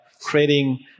creating